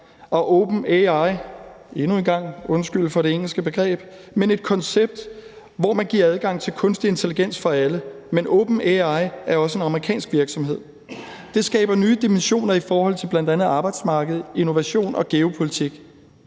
og OpenAI, og endnu en gang undskyld for det engelske begreb, som er et koncept, hvor man giver adgang til kunstig intelligens for alle, men OpenAI er også en amerikansk virksomhed. Det skaber nye dimensioner i forhold til bl.a. arbejdsmarked, innovation og geopolitik.